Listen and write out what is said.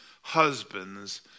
husbands